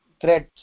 threats